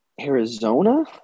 Arizona